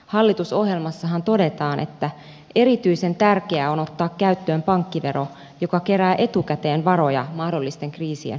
hallitusohjelmassahan todetaan että erityisen tärkeää on ottaa käyttöön pankkivero joka kerää etukäteen varoja mahdollisten kriisien hoitamiseen